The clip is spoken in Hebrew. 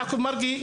אצל יעקב מרגי,